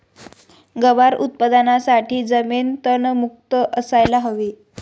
गवार उत्पादनासाठी जमीन तणमुक्त असायला हवी